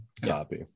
Copy